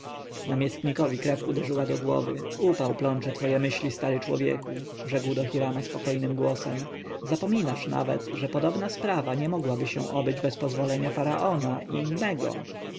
namiestnikowi krew uderzyła do głowy upał plącze twoje myśli stary człowieku rzekł do hirama spokojnym głosem zapominasz nawet że podobna sprawa nie mogłaby się obyć bez pozwolenia faraona i